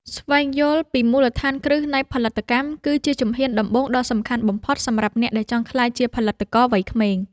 ស្វែងយល់ពីមូលដ្ឋានគ្រឹះនៃផលិតកម្មគឺជាជំហានដំបូងដ៏សំខាន់បំផុតសម្រាប់អ្នកដែលចង់ក្លាយជាផលិតករវ័យក្មេង។